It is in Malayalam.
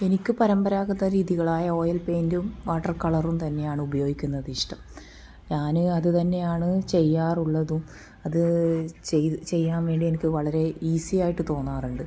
എനിക്ക് പരമ്പരാഗത രീതികളായ ഓയിൽ പെയിന്റും വാട്ടർ കളറും തന്നെയാണ് ഉപയോഗിക്കുന്നത് ഇഷ്ടം ഞാൻ അതുതന്നെയാണ് ചെയ്യാറുള്ളതും അത് ചെയ്യാൻ വേണ്ടി എനിക്ക് വളരെ ഈസി ആയിട്ട് തോന്നാറുണ്ട്